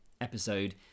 episode